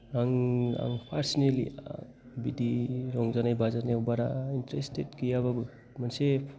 आं पार्सनेलि बिदि रंजानाय बाजानायाव बारा इन्टारेस्तेत गैयाबाबो मोनसे